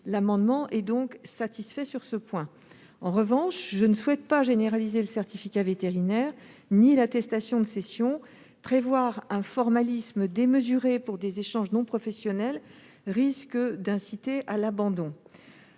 L'amendement est donc satisfait sur ce point. En revanche, je ne souhaite pas généraliser le certificat vétérinaire, ni l'attestation de cession. Prévoir un formalisme démesuré pour des échanges non professionnels risque d'inciter à l'abandon.